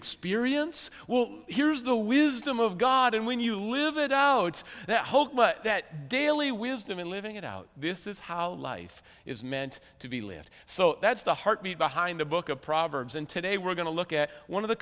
experience well here's the wisdom of god and when you live it out that hold that daily wisdom in living it out this is how life is meant to be lived so that's the heartbeat behind the book of proverbs and today we're going to look at one of the